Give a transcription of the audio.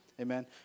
Amen